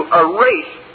erase